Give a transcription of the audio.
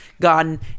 gotten